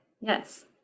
Yes